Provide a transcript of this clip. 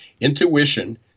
Intuition